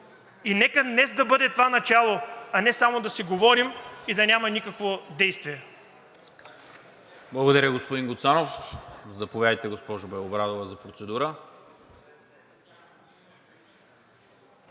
И нека днес да бъде това начало, а не само да си говорим и да няма никакво действие.